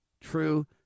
true